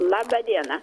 laba diena